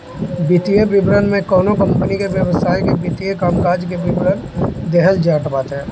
वित्तीय विवरण में कवनो कंपनी के व्यवसाय के वित्तीय कामकाज के विवरण देहल जात बाटे